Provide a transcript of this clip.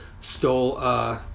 stole